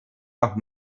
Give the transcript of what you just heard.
auch